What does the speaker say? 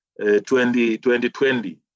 2020